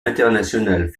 internationales